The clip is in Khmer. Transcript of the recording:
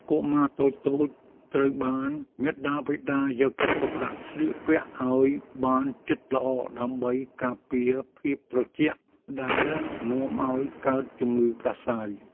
កុមារតូចៗត្រូវបានមាតាបិតាយកចិត្តទុកដាក់ស្លៀកពាក់ឱ្យបានជិតល្អដើម្បីការពារភាពត្រជាក់ដែលនាំឱ្យកើតជំងឺផ្ដាសាយ។